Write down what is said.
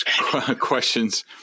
questions